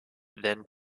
then